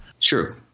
True